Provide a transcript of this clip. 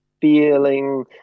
feeling